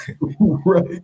Right